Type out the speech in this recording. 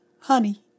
Honey